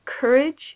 courage